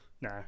Nah